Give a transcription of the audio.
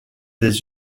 des